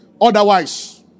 otherwise